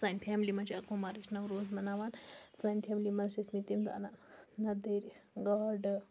سانہِ فیملی منٛز چھِ اَکہٕ وُہ مارٕچ نوروز مَناوان سانہِ فیملی منٛز چھِ ٲسمٕتۍ تمہِ دۄہ اَنان نَدٕرۍ گاڈٕ